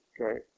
Okay